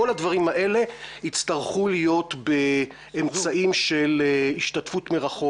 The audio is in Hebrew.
כל הדברים האלה יצטרכו להיות באמצעים של השתתפות מרחוק.